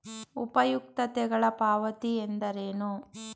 ಉಪಯುಕ್ತತೆಗಳ ಪಾವತಿ ಎಂದರೇನು?